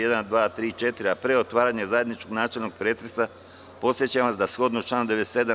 1, 2, 3. i 4. a pre otvaranja zajedničkog načelnog pretresa, podsećam vas da shodno članu 97.